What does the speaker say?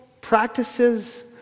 practices